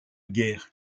guerre